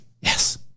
Yes